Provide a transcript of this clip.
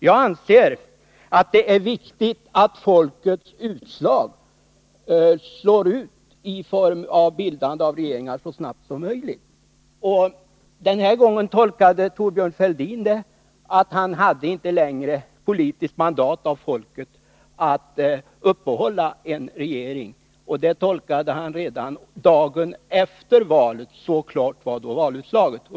Jag anser att det är viktigt att folkviljan ger utslag i form av bildande av regeringar så snabbt som möjligt. Den här gången tolkade Thorbjörn Fälldin folkviljan på det sättet att han inte längre hade dess mandat att uppehålla en regering. Den tolkningen gjorde han redan dagen efter valet. Så klart var då valutslaget.